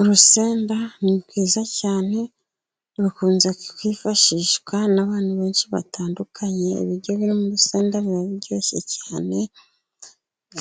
Urusenda ni rwiza cyane rukunze kwifashishwa n'abantu benshi batandukanye. Ibiryo biririmo urusenda biba biryoshye cyane,